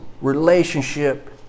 relationship